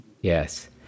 Yes